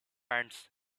ants